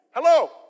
Hello